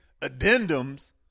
addendums